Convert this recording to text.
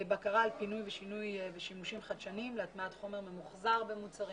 בקרה על פינוי ושינוי ושימושים חדשניים להטמעת חומר ממוחזר במוצרים.